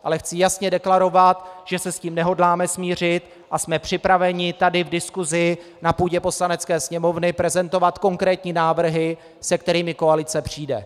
Ale chci jasně deklarovat, že se s tím nehodláme smířit a jsme připraveni v diskusi tady na půdě Poslanecké sněmovny prezentovat konkrétní návrhy, se kterými koalice přijde.